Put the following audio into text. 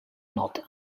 nota